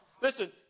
Listen